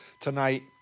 tonight